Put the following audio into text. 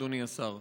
אדוני השר.